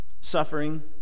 Suffering